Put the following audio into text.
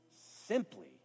simply